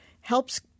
helps